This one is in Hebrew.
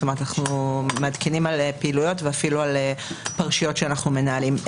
אנחנו מעדכנים על פעילויות ואפילו על פרשיות שאנחנו מנהלים.